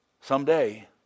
Someday